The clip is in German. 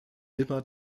immer